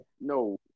No